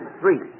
three